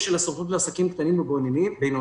של הסוכנות לעסקים קטנים ובינוניים.